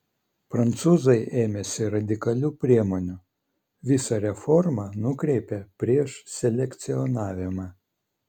prancūzai ėmėsi radikalių priemonių visą reformą nukreipė prieš selekcionavimą